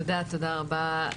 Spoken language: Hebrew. תודה רבה,